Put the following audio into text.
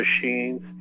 machines